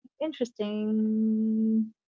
Interesting